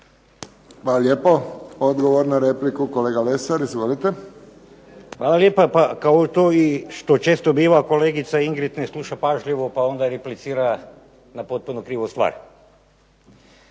Hvala lijepo. Odgovor na repliku kolega Lesar. Izvolite. **Lesar, Dragutin (Nezavisni)** Hvala lijepa. Kao što to i često biva kolegica Ingrid ne sluša pažljivo pa onda replicira na potpuno krivu stvar.